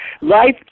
Life